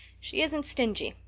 she isn't stingy.